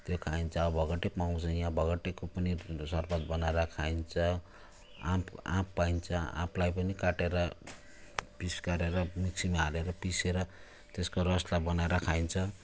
त्यो खाइन्छ भोगटे पाउँछ यहाँ भोगटेको पनि सर्बत बनाएर खाइन्छ आँप आँपको पाइन्छ आँपलाई पनि काटेर पिस गरेर मिक्सीमा हालेर पिसेर त्यसको रसलाई बनाएर खाइन्छ